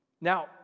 Now